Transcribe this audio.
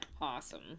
Awesome